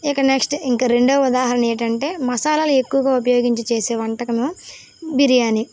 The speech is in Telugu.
ఇక నెక్స్ట్ ఇంకా రెండవ ఉదాహరణ ఏంటంటే మసాలాలు ఎక్కువగా ఉపయోగించి చేసే వంటకము బిర్యాని